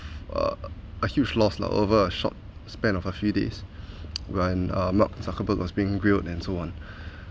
uh a huge loss lah over a short span of a few days when uh mark zuckerberg was being grilled and so on